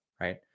right